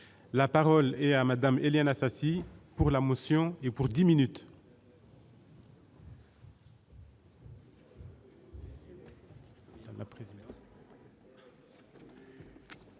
la parole est à Madame Éliane Assassi pour la motion et pour 10 minutes.